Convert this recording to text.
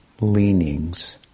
leanings